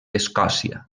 escòcia